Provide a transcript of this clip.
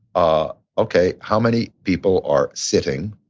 ah okay, how many people are sitting,